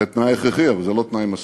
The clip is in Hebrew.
זה תנאי הכרחי, אבל זה לא תנאי מספיק.